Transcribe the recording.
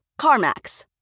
CarMax